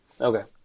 Okay